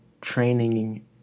training